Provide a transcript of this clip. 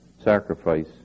sacrifice